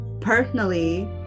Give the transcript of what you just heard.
personally